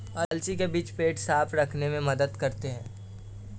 अलसी के बीज पेट को साफ़ रखने में मदद करते है